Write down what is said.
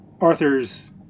Arthur's